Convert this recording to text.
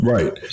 Right